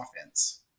offense